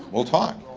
we'll talk.